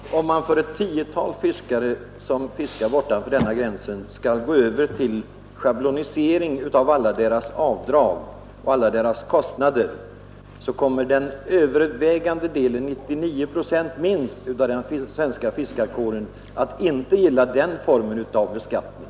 Herr talman! Det är väl ändå på det sättet att om man för ett tiotal fiskare, som fiskar utanför den här gränsen, går över till schablonisering av alla deras avdrag och alla deras kostnader, så kommer minst 99 procent av den svenska fiskarkåren att inte gilla den formen av beskattning.